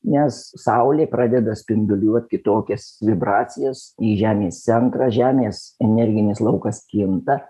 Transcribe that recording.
nes saulė pradeda spinduliuot kitokias vibracijas į žemės centrą žemės energinis laukas kinta